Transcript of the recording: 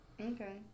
Okay